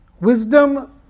Wisdom